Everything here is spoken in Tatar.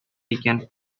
икән